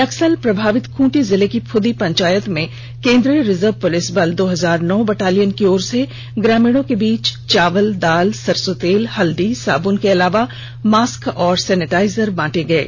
नक्सल प्रभावित खूंटी जिले की फुदी पंचायत में केन्द्रीय रिजर्व पुलिस बल दो हजार नौ बटालियन की ओर से ग्रामीणों के बीच चावल दाल सरसों तेल हल्दी साबुन के अलावा मास्क और सेनिटाइजर बांटे गये